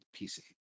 PC